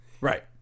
Right